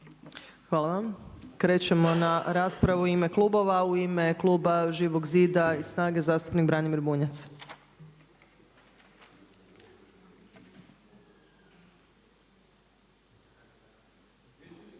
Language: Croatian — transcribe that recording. Hvala vam. Krećemo na raspravu u ime klubova. U ime kluba Živog zida i SNAGA-e zastupnik Branimir Bunjac.